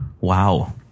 Wow